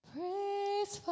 Praise